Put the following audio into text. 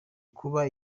kuba